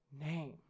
name